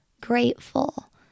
grateful